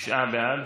תשעה בעד,